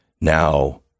Now